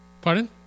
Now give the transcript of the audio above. Pardon